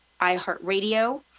iHeartRadio